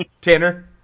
tanner